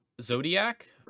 Zodiac